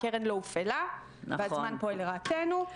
הקרן לא הופעלה והזמן פועל לרעתנו.